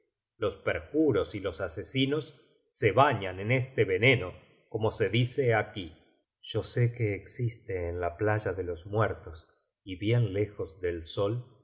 los perjuros y los asesinos se bañan en este veneno como se dice aquí content from google book search generated at yo sé que existe en la playa de los muertos y bien lejos del sol